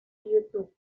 youtube